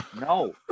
no